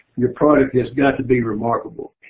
your product has got to be remarkable.